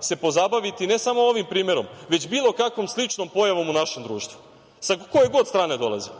se pozabaviti ne samo ovim primerom, već bilo kakvom sličnom pojavom u našem društvu, sa koje god strane dolazili.